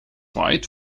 ride